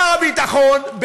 שר הביטחון,